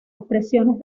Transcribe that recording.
expresiones